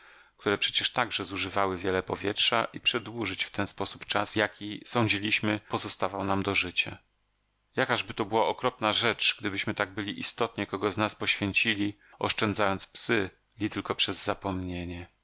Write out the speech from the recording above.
które przecież także zużywały wiele powietrza i przedłużyć w ten sposób czas jaki sądziliśmy pozostawał nam do życia jakażby to była okropna rzecz gdybyśmy tak byli istotnie kogo z nas poświęcili oszczędzając psy li tylko przez zapomnienie